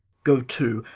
go to,